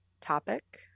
topic